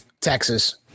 Texas